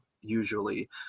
usually